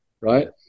Right